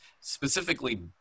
specifically